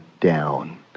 down